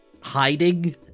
hiding